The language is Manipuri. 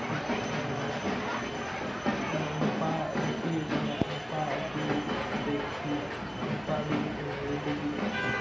ꯃꯔꯨꯞ ꯃꯄꯥꯡ ꯅꯨꯄꯤ ꯑꯗꯨꯅ ꯅꯨꯄꯥ ꯑꯗꯨꯗꯒꯤ ꯅꯨꯄꯥꯗꯨꯒꯤ ꯐꯦꯃꯤꯂꯤꯗꯒꯤ